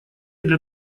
для